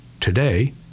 Today